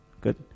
Good